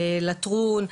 לטרון,